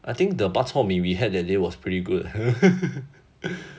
I think the bak chor mee we had that day was pretty good eh